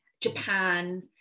japan